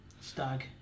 Stag